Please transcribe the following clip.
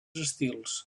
estils